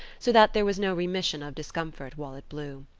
so that there was no remission of discomfort while it blew.